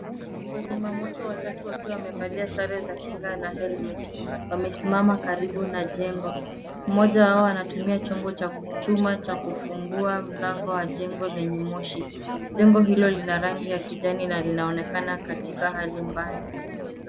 Wazima moto watatu wakiwa wamevalia sare za kinga na helmet wamesimama karibu na jengo. Mmoja wao anatumia chombo cha chuma cha kufungua mlango wa jengo lenye moshi. Jengo hilo lina rangi la kijani na linaonekana katika hali mbaya.